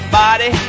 body